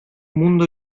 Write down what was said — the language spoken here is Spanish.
mundo